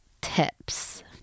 tips